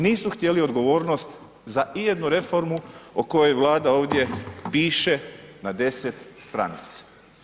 Nisu htjeli odgovornost za i jednu reformu o kojoj Vlada ovdje piše na 10 stranica.